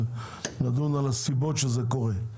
נדון על הסיבות שזה קורה.